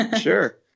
Sure